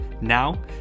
Now